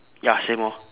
ya same orh